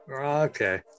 okay